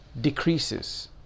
decreases